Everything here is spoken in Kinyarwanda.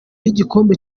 y’igikombe